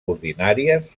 ordinàries